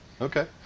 Okay